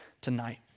tonight